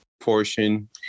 portion